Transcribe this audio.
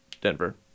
Denver